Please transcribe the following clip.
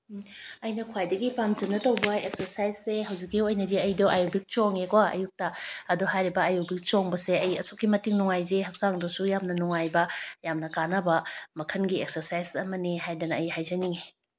ꯎꯝ ꯑꯩꯅ ꯈ꯭ꯋꯥꯏꯒꯒꯤ ꯄꯥꯝꯖꯅ ꯇꯧꯕ ꯑꯦꯛꯁꯔꯁꯥꯏꯁꯁꯦ ꯍꯧꯖꯤꯛꯀꯤ ꯑꯣꯏꯅꯗꯤ ꯑꯩꯗꯣ ꯑꯥꯏꯔꯣꯕꯤꯛ ꯆꯣꯡꯉꯦ ꯀꯣ ꯑꯌꯨꯛꯇ ꯑꯗꯣ ꯍꯥꯏꯔꯤꯕ ꯑꯥꯏꯔꯣꯕꯤꯛ ꯆꯣꯡꯕꯁꯦ ꯑꯩ ꯑꯁꯨꯛꯀꯤ ꯃꯇꯤꯛ ꯅꯨꯡꯉꯥꯏꯖꯩ ꯍꯛꯆꯥꯡꯗꯁꯨ ꯌꯥꯝꯅ ꯅꯨꯡꯉꯥꯏꯕ ꯌꯥꯝꯅ ꯀꯥꯅꯕ ꯃꯈꯜꯒꯤ ꯑꯦꯛꯁꯁꯥꯏꯁ ꯑꯃꯅꯤ ꯍꯥꯏꯗꯅ ꯑꯩ ꯍꯥꯏꯖꯅꯤꯡꯏ